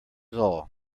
all